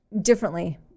differently